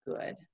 good